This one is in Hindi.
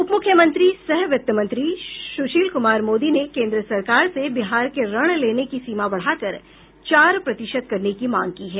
उप मुख्यमंत्री सह वित्त मंत्री सुशील कुमार मोदी ने केंद्र सरकार से बिहार की ऋण लेने की सीमा बढ़ाकर चार प्रतिशत करने की मांग की है